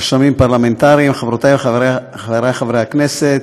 רשמים פרלמנטריים, חברותי וחברי חברי הכנסת,